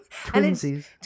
Twinsies